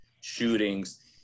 shootings